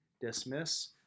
dismiss